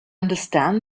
understand